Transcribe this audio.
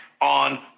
on